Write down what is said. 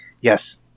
Yes